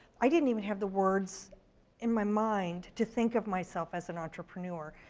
i didn't even have the words in my mind to think of myself as and entrepreneur.